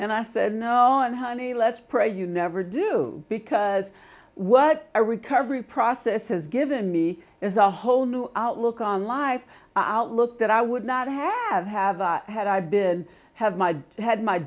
and i said no and honey let's pray you never do because what our recovery process has given me is a whole new outlook on life outlook that i would not have have had i've been have my had my